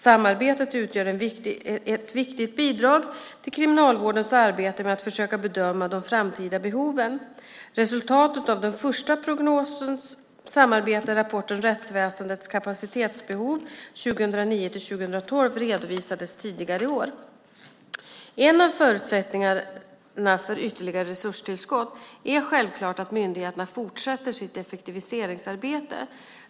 Samarbetet utgör ett viktigt bidrag till Kriminalvårdens arbete med att försöka bedöma de framtida behoven. Resultatet av det första årets prognossamarbete, rapporten Rättsväsendets kapacitetsbehov åren 2009-2012, redovisades tidigare i år. En av förutsättningarna för ytterligare resurstillskott är självklart att myndigheterna fortsätter sitt effektiviseringsarbete.